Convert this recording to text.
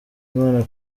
imana